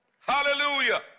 Hallelujah